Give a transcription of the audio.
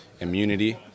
immunity